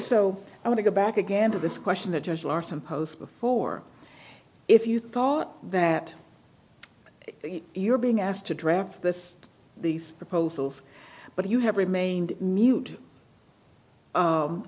so i want to go back again to this question that just larsen post before if you thought that you're being asked to draft this these proposals but you have remained mute